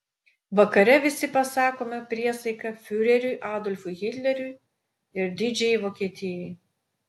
vakare visi pasakome priesaiką fiureriui adolfui hitleriui ir didžiajai vokietijai